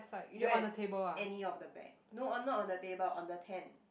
you don't have any of the bag no on not the table on the tent